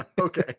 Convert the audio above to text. okay